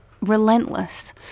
relentless